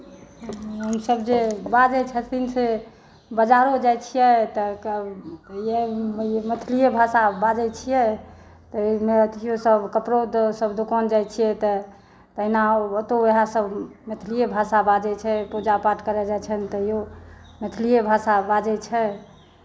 ओ सभ जे बाजै छथिन से बाजारो जाइ छियै तऽ मैथिलीए भाषामे बाजै छियै तऽ एथियो सभ कपड़ो सभ दोकान जाइ छियै तऽ तहिना ओतौ वएह सभ मैथिलीए भाषा बाजै छै पूजा पाठ करय जाइ छनि तैयो मैथिलीए भाषा बाजै छै